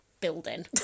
building